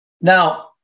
Now